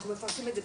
אנחנו מפרסמים את זה